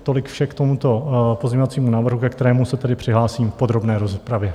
Tolik vše k tomuto pozměňovacímu návrhu, ke kterému se tedy přihlásím v podrobné rozpravě.